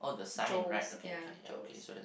Joes yeah Joes